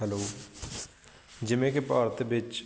hello ਜਿਵੇਂ ਕਿ ਭਾਰਤ ਵਿੱਚ